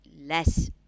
less